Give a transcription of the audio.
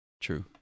True